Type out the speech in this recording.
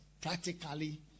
practically